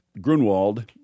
Grunwald